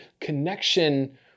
connection